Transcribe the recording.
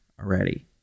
already